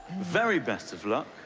very best of luck.